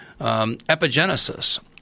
epigenesis